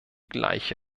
gleiche